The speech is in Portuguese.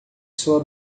soa